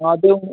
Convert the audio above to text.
हां ते हून